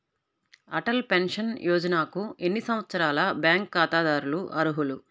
Atal pension యోజనకు ఎన్ని సంవత్సరాల బ్యాంక్ ఖాతాదారులు అర్హులు?